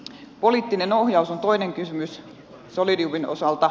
poliittinen ohjaus on toinen kysymys solidiumin osalta